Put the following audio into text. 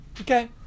Okay